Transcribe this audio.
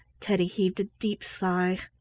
teddy heaved a deep sigh.